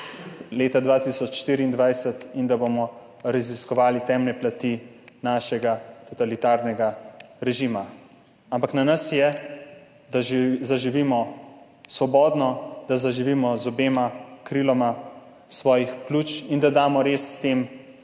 temah in da bomo raziskovali temne plati našega totalitarnega režima, ampak na nas je, da zaživimo svobodno, da zaživimo z obema kriloma svojih pljuč in da znamo res tem